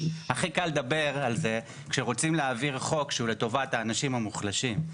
הכי קל לדבר על זה כשרוצים להעביר חוק שהוא לטובת האנשים המוחלשים.